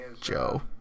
Joe